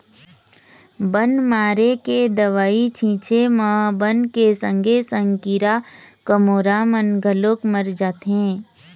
बन मारे के दवई छिंचे म बन के संगे संग कीरा कमोरा मन घलोक मर जाथें